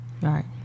right